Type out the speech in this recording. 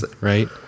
right